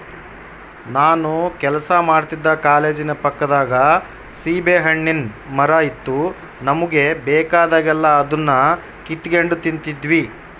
ನಾನು ಕೆಲಸ ಮಾಡ್ತಿದ್ದ ಕಾಲೇಜಿನ ಪಕ್ಕದಾಗ ಸೀಬೆಹಣ್ಣಿನ್ ಮರ ಇತ್ತು ನಮುಗೆ ಬೇಕಾದಾಗೆಲ್ಲ ಅದುನ್ನ ಕಿತಿಗೆಂಡ್ ತಿಂತಿದ್ವಿ